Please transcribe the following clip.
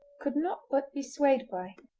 could not but be swayed by.